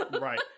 Right